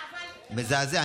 מזעזע.